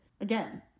again